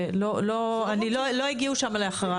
ולא הגיעו שם להכרעה.